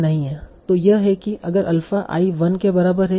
तो यह है कि अगर अल्फा i 1 के बराबर है और अल्फा i j 0 के बराबर है